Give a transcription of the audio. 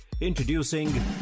Introducing